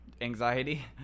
Anxiety